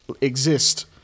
exist